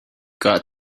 got